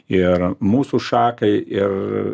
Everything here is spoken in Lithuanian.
ir mūsų šakai ir